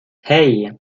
hey